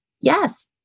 yes